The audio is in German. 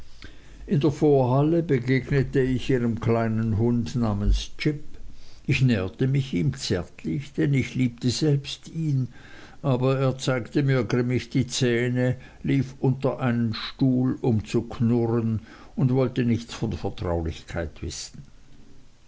in der vorhalle begegnete ich ihrem kleinen hund namens jip ich näherte mich ihm zärtlich denn ich liebte selbst ihn aber er zeigte mir grimmig die zähne lief unter einen stuhl um zu knurren und wollte nichts von vertraulichkeit wissen